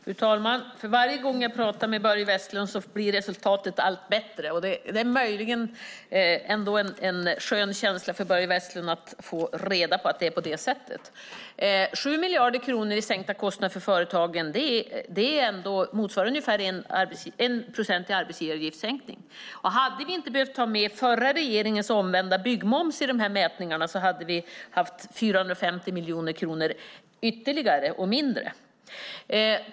Fru talman! För varje gång jag talar med Börje Vestlund blir resultatet allt bättre. Det är möjligen en skön känsla för Börje Vestlund att få reda på att det är på det sättet. Det är 7 miljarder i sänkta kostnader för företagen. Det motsvarar ändå 1 procent i arbetsgivaravgiftssänkning. Om vi inte hade behövt ta med den förra regeringens omvända byggmoms i dessa mätningar hade vi haft 450 miljoner ytterligare och mindre.